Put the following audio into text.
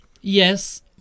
Yes